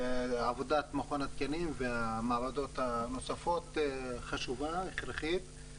עבודת מכון התקנים והמעבדות הנוספות חשובה והכרחי.